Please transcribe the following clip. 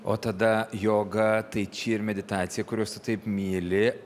o tada joga taiči ir meditacija kuriuos taip myli